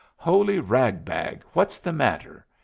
holy ragbag, what's the matter?